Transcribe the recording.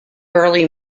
early